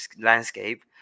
landscape